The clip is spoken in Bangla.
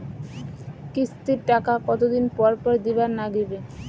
কিস্তির টাকা কতোদিন পর পর দিবার নাগিবে?